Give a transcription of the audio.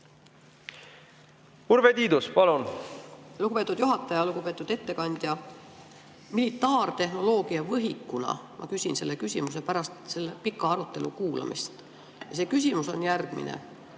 Urve Tiidus, palun! Lugupeetud juhataja! Lugupeetud ettekandja! Militaartehnoloogias võhikuna küsin selle küsimuse pärast selle pika arutelu kuulamist. See küsimus on järgmine.